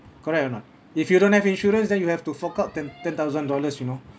correct or not if you don't have insurance then you have to fork out ten ten thousand dollars you know